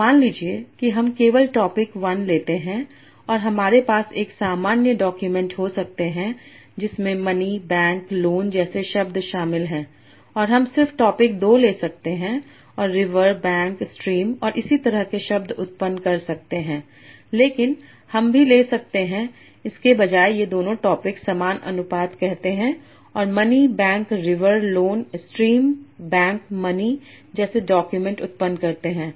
तो मान लीजिए कि हम केवल टॉपिक 1 लेते हैं और हमारे पास एक सामान्य डॉक्यूमेंट हो सकते हैं जिसमें मनीबैंकलोन जैसे शब्द शामिल हैं और हम सिर्फ टॉपिक 2 ले सकते हैं और रिवरबैंकस्ट्रीम और इसी तरह के शब्द उत्पन्न कर सकते हैं लेकिन हम भी ले सकते हैं इसके बजाय ये दोनों टॉपिक समान अनुपात कहते हैं और मनीबैंकरिवरलोनस्ट्रीमबैंक मनी जैसे डॉक्यूमेंट उत्पन्न करते हैं